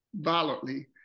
violently